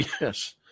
yes